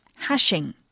Hashing